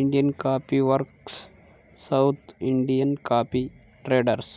Indian coffee works, South Indian coffee traders